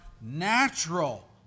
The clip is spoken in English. natural